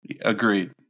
Agreed